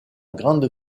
grande